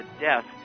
Death